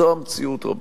זו המציאות, רבותי.